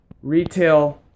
retail